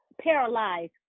paralyzed